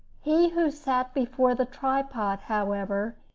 he who sat before the tripod, however,